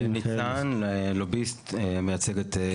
אני ניצן ואני לוביסט המייצג את צור הדסה.